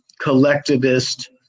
collectivist